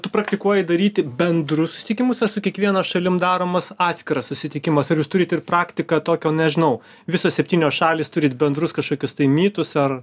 tu praktikuoji daryti bendrus susitikimus su kiekviena šalim daromas atskiras susitikimas ar jūs turit ir praktiką tokio nežinau visos septynios šalys turit bendrus kažkokius tai mytus ar